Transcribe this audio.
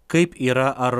kaip yra ar